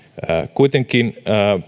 kuitenkin